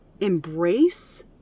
embrace